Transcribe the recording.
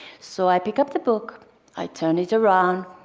so i pick up the book i turn it around.